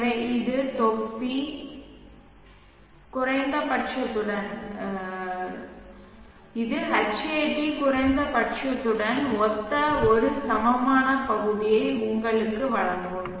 எனவே இது Hat குறைந்தபட்சத்துடன் ஒத்த ஒரு சமமான பகுதியை உங்களுக்கு வழங்கும்